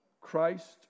Christ